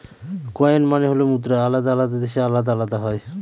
coin মানে হল মুদ্রা আলাদা আলাদা দেশে আলাদা আলাদা হয়